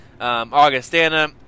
Augustana